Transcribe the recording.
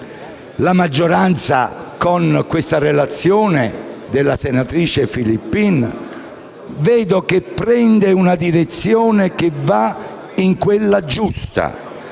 la maggioranza, con questa relazione della senatrice Filippin, prende una decisione che va nella giusta